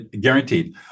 Guaranteed